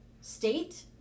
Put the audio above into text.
state